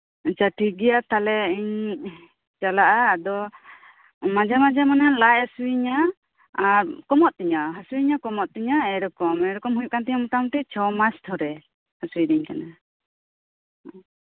ᱟᱪᱪᱷᱟ ᱛᱟᱦᱞᱮ ᱴᱷᱤᱠ ᱜᱮᱭᱟ ᱤᱧ ᱪᱟᱞᱟᱜᱼᱟ ᱟᱫᱚ ᱢᱟᱡᱷᱮ ᱢᱟᱡᱷᱮ ᱞᱟᱡ ᱦᱟᱹᱥᱩᱭᱤᱧᱼᱟ ᱟᱨ ᱠᱚᱢᱚᱜ ᱛᱤᱧᱟ ᱦᱟᱹᱥᱩᱭᱤᱧᱼᱟ ᱠᱚᱢᱚᱜ ᱛᱤᱧᱟ ᱮᱭᱨᱚᱠᱚᱢ ᱮᱭᱨᱚᱠᱚᱢ ᱦᱩᱭᱩᱜ ᱠᱟᱱ ᱛᱤᱧᱟ ᱢᱳᱴᱟᱢᱩᱴᱤ ᱪᱷᱚ ᱢᱟᱥ ᱫᱷᱚᱨᱮ ᱦᱟᱹᱥᱩᱤᱫᱤᱧ ᱠᱟᱱᱟ ᱦᱮᱸ